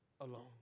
alone